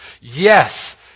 Yes